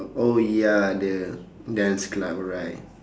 oh ya the dance club right